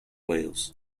wales